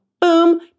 boom